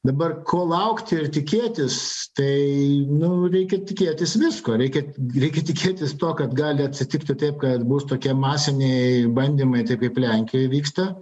dabar ko laukti ir tikėtis tai nu reikia tikėtis visko reikia reikia tikėtis to kad gali atsitikti taip kad bus tokie masiniai bandymai taip kaip lenkijoj vyksta